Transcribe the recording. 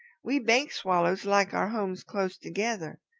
we bank swallows like our homes close together.